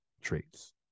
traits